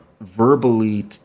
verbally